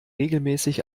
regelmäßig